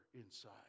inside